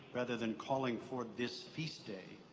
rather than calling for this feast day,